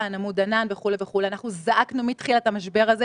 אנחנו מפסידים פה את האנשים.